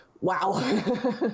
Wow